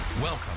Welcome